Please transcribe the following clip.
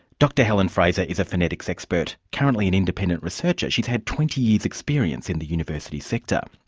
dr helen fraser is a phonetics expert. currently an independent researcher, she'd had twenty years' experience in the university sector.